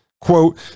quote